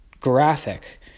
graphic